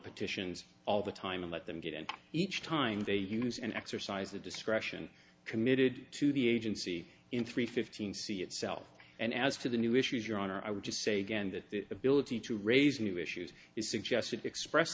petitions all the time and let them get and each time they use an exercise of discretion committed to the agency in three fifteen c itself and as to the new issues your honor i would just say again that the ability to raise new issues is suggested express